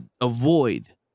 avoid